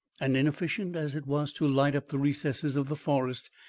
and, inefficient as it was to light up the recesses of the forest,